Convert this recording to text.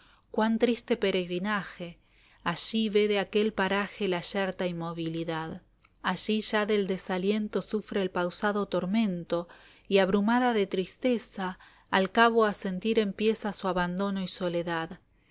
cuan triste peregrinaje allí ve de aquel paraje la yerta inmovilidad allí ya del desaliento sufre el pausado tormento y abrumada de tristeza al cabo a sentir empieza su abandono y soledad